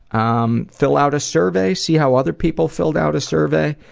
um fill out a survey, see how other people filled out a survey,